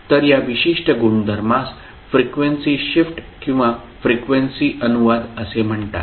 तर या विशिष्ट गुणधर्मास फ्रिक्वेंसी शिफ्ट किंवा फ्रिक्वेंसी अनुवाद असे म्हणतात